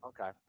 Okay